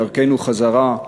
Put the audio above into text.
בדרכנו חזרה,